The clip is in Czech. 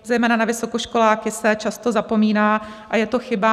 Zejména na vysokoškoláky se často zapomíná a je to chyba.